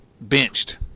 benched